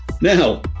Now